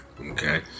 Okay